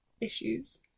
issues